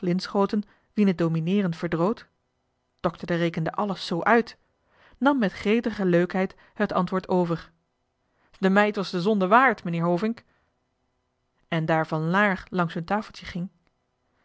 linschooten wien het domineeren verdroot dokter rekende alles zoo uit nam met gretige leukheid het antwoord over de meid was de zonde waard meneer hovink en daar van laer langs hun tafeltje ging